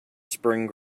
spring